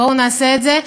בואו נעשה את זה.